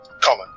Common